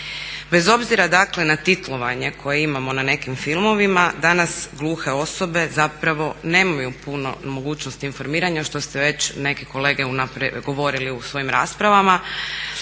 Bez obzira dakle na titlovanje koje imamo na nekim filmovima danas gluhe osobe zapravo nemaju puno mogućnosti informiranja što ste već neki kolege govorili u svojim raspravama.